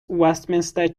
westminster